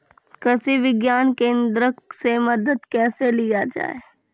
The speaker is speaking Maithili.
कृषि विज्ञान केन्द्रऽक से मदद कैसे लिया जाय?